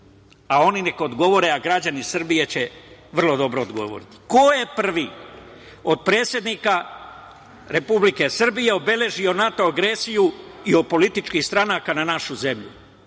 a oni neka odgovore, a građani Srbije će vrlo dobro odgovoriti. Ko je prvi od predsednika Republike Srbije obeležio NATO agresiju i od političkih stranaka na našu zemlju?